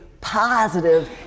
positive